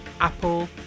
Apple